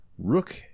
rook